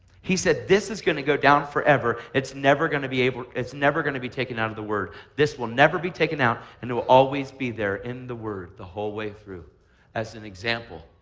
he said this is going to go down forever. it's never going to be able to it's never going to be taken out of the word. this will never be taken out and it will always be there in the word, the whole way through as an example.